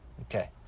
Okay